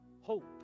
hope